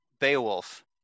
Beowulf